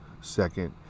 Second